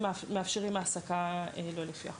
ומאפשרים העסקה שלא לפי החוק.